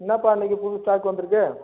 என்னாப்பா இன்றைக்கி புது ஸ்டாக் வந்துருக்குது